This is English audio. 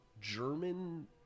German